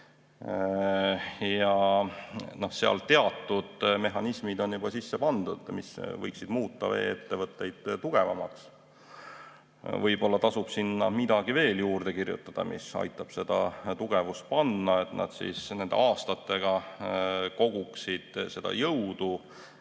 on teatud mehhanismid juba sisse pandud, mis võiksid muuta vee-ettevõtteid tugevamaks. Võib-olla tasub sinna midagi veel juurde kirjutada, mis aitaks seda tugevust [lisada], et nad nende aastatega koguksid jõudu,